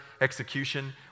execution